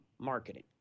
marketing